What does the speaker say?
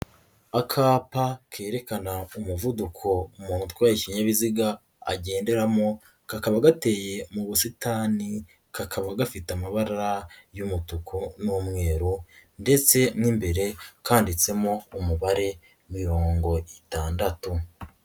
Akapa kerekana umuvuduko umuntu utwaye ikinyabiziga agenderamo kakaba gateye mu busitani kakaba gafite amabara y'umutuku n'umweru ndetse n'imbere kanditsemo umubare mirongo itandatu.